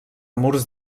murs